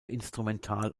instrumental